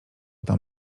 tam